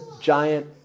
giant